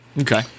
Okay